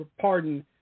pardon